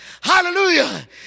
Hallelujah